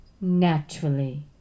naturally